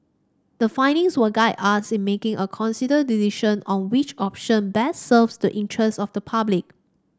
the findings will guide us in making a considered decision on which option best serves the interests of the public